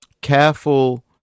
careful